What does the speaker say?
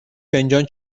فنجان